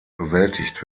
bewältigt